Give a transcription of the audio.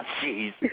Jeez